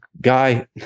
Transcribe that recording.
guy